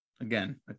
Again